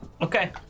Okay